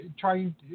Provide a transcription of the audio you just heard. trying